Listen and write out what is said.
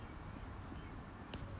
I think for me